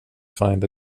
find